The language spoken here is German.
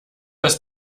das